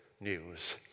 news